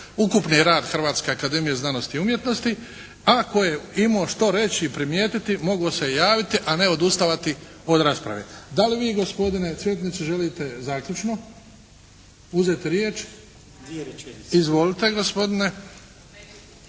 ukupni rad Hrvatske akademije znanosti i umjetnosti. A tko je imao što reći i primijetiti mogao se javiti a ne odustavati od rasprave. Da li vi gospodine Cvetniče želite zaključno uzeti riječ? Izvolite gospodine.